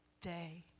day